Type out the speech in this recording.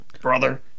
Brother